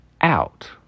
out